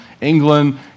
England